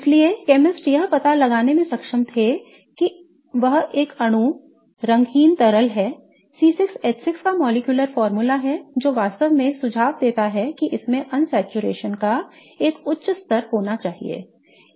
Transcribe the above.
इसलिए केमिस्ट यह पता लगाने में सक्षम थे कि यह एक अणु रंगहीन तरल है C6H6 का मॉलिक्यूलर फार्मूला है जो वास्तव में सुझाव देता है कि इसमें अनसैचुरेशन का एक उच्च स्तर होना चाहिए